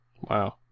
Wow